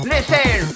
Listen